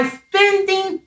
spending